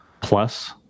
plus